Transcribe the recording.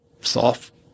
soft